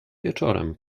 wieczorem